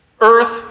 earth